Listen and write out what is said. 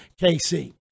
KC